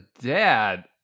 dad